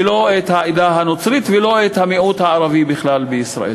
לא את העדה הנוצרית ולא את המיעוט הערבי בכלל בישראל.